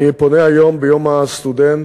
אני פונה היום, ביום הסטודנט,